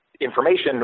information